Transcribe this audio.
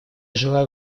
желаю